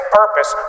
purpose